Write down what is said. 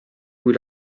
cui